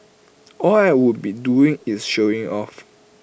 all I would be doing is showing off